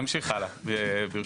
נמשיך הלאה, ברשותכם.